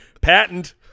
Patent